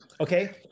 Okay